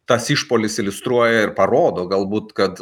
tas išpuolis iliustruoja ir parodo galbūt kad